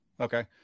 Okay